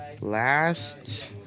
last